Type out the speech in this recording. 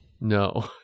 No